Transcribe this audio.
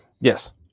Yes